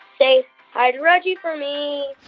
say hi to reggie for me